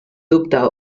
dubte